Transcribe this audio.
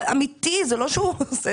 אם הוא עסק